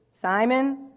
Simon